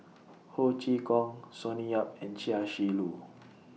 Ho Chee Kong Sonny Yap and Chia Shi Lu